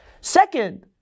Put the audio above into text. Second